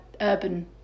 urban